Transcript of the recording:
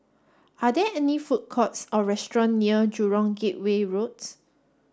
are there food courts or restaurants near Jurong Gateway Road